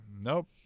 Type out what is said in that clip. Nope